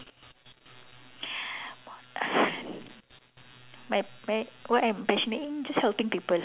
my my what I'm passionate in just helping people